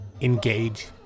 engage